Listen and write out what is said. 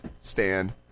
stand